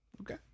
Okay